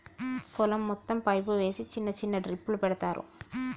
పొలం మొత్తం పైపు వేసి చిన్న చిన్న డ్రిప్పులు పెడతార్